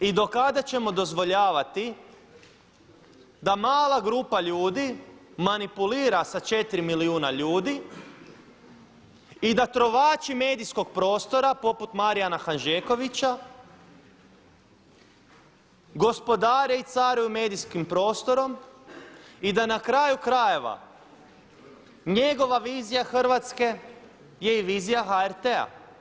I do kada ćemo dozvoljavati da mala grupa ljudi manipulira sa 4 milijuna ljudi i da trovači medijskog prostora poput Marijana Hanžekovića gospodare i caruju medijskim prostorom i da na kraju krajeva njegova vizija Hrvatske je i vizija HRT-a?